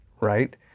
right